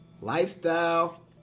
Lifestyle